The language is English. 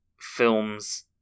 films